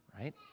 right